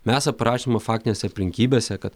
mes aprašym faktines aplinkybes ir kad